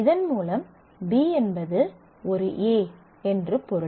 இதன் மூலம் B என்பது ஒரு A என்று பொருள்